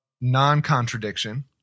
non-contradiction